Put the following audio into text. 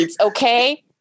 Okay